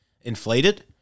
inflated